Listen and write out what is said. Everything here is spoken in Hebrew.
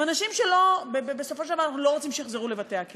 הם אנשים שבסופו של דבר אנחנו לא רוצים שיחזרו לבתי-הכלא.